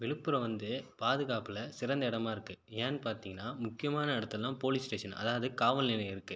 விழுப்புரம் வந்து பாதுகாப்பில் சிறந்த இடமாக இருக்குது ஏன்னு பார்த்தீங்கன்னா முக்கியமான இடத்தில்தான் போலீஸ் ஸ்டேஷன் அதாவது காவல் நிலையம் இருக்குது